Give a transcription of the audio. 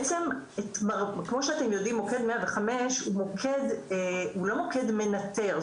בעצם כמו שאתם יודעים מוקד 105 הוא לא מוקד מנטר,